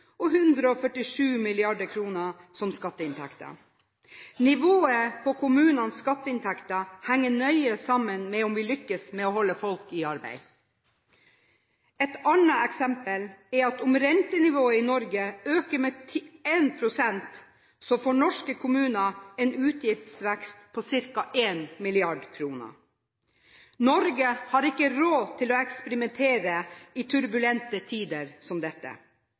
og 147 mrd. kr som skatteinntekter. Nivået på kommunenes skatteinntekter henger nøye sammen med om vi lykkes med å holde folk i arbeid. Et annet eksempel er at om rentenivået i Norge øker med 1 pst., så får norske kommuner en utgiftsvekst på ca. 1 mrd. kr. Norge har ikke råd til å eksperimentere i turbulente tider som dette.